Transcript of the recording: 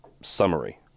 summary